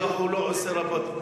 הוויכוח הוא לא: עושה רבות,